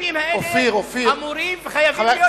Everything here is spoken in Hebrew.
ישראל מוותרת בהדרגה על ריבונותה